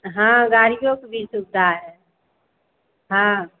हाँ गाड़ियों की भी सुविधा है हाँ